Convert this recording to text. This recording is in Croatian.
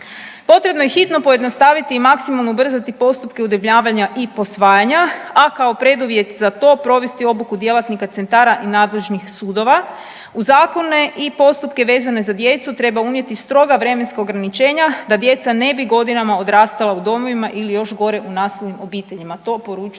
Potrebno je hitno pojednostaviti i maksimalno ubrzati postupke udomljavanja i posvajanja, a kao preduvjet za to provesti obuku djelatnika centara i nadležnih sudova. U zakone i postupke vezane za djecu treba unijeti stroga vremenska ograničenja da djeca ne bi godinama odrastala u domovima ili još gore u nasilnim obiteljima.